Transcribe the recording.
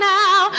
now